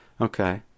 Okay